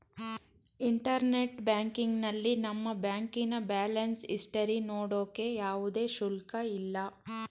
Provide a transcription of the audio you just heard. internet ಬ್ಯಾಂಕಿಂಗ್ನಲ್ಲಿ ನಮ್ಮ ಬ್ಯಾಂಕಿನ ಬ್ಯಾಲೆನ್ಸ್ ಇಸ್ಟರಿ ನೋಡೋಕೆ ಯಾವುದೇ ಶುಲ್ಕ ಇಲ್ಲ